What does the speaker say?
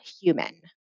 human